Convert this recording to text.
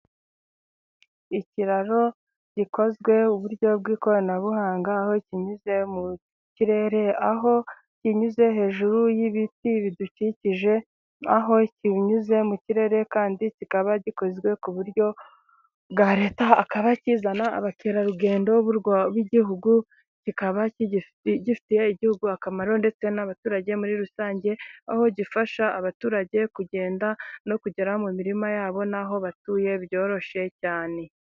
Ikiraro gikozwe uburyo bw'ikoranabuhanga aho kinyuze mu kirere, aho kinyuze hejuru y'ibiti bidukikije, aho kinyuze mu kirere kandi kikaba gikozwe ku buryo bwa leta kikaba kizana abakerarugendo b'Igihugu, kikaba gifitiye Igihugu akamaro, ndetse n'abaturage muri rusange, aho gifasha abaturage kugenda no kugera mu mirima yabo n'aho batuye byoroshye cyane.